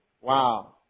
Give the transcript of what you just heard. Wow